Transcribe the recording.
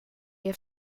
have